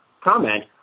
comment